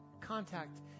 Contact